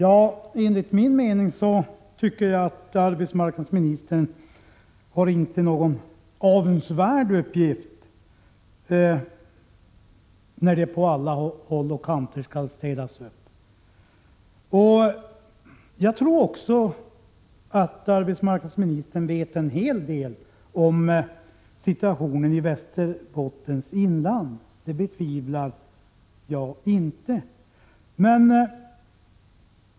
Herr talman! Jag tycker inte att arbetsmarknadsministern har någon avundsvärd uppgift när det skall städas upp på alla håll och kanter. Jag tror också att arbetsmarknadsministern vet en hel del om situationen i Västerbottens inland. Det betvivlar jag inte.